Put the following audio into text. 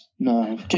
No